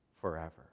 forever